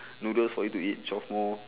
noodles for you to eat twelve more